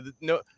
no